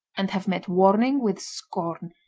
and have met warning with scorn,